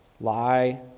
lie